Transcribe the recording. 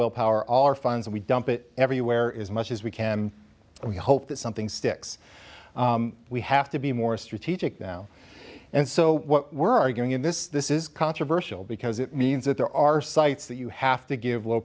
will power all our funds we dump it everywhere is much as we can and we hope that something sticks we have to be more strategic now and so what we're arguing in this this is controversial because it means that there are sites that you have to give low